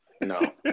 No